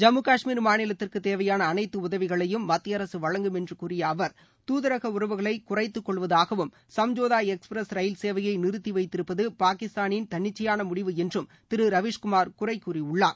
ஜம்மு காஷ்மீர் மாநிலத்திற்கு தேவையான அனைத்து உதவிகளையும் மத்திய அரசு வழங்கும் என்று கூறிய அவர் தூதரக உறவுகளை குறைத்துக் கொள்வதாகவும் சும்ஜோதா எக்ஸ்பிரஸ் ரயில் சேவையை நிறுத்திவைத்திருப்பது பாகிஸ்தானின் தன்னிச்சையான முடிவு என்று திரு ரவீஷ்குமார் குறை கூறியுள்ளார்